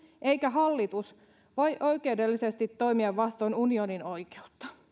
eikä hallitus voi oikeudellisesti toimia vastoin unionin oikeutta